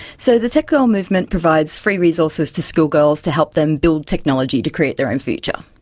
so the tech girl movement provides free resources to schoolgirls to help them build technology to create their own future.